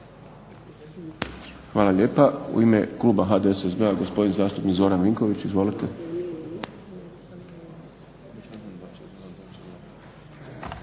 Hvala lijepa. U ime kluba HDSSB-a gospodin zastupnik Zoran Vinković. Izvolite.